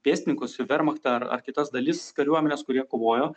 pėstininkus ir vermachtą ar ar kitas dalis kariuomenės kurie kovojo